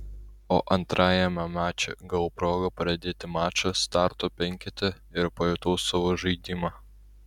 o antrajame mače gavau progą pradėti mačą starto penkete ir pajutau savo žaidimą